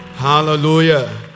Hallelujah